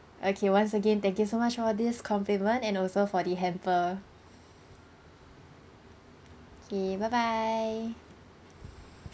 okay once again thank you so much of this compliment and also for the hamper K bye bye